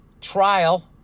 trial